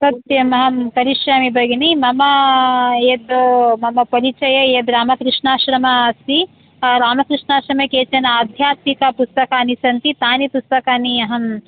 सत्यम् अहं करिष्यामि भगिनि मम यद् मम परिचये यद् रामकृष्णाश्रमम् अस्ति रामकृष्णाश्रमे केचन आध्यात्मिक पुस्तकानि सन्ति तानि पुस्तकानि अहम्